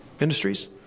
industries